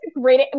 great